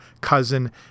cousin